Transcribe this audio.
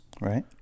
Right